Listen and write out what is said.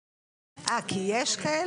אה, כי יש כאלה?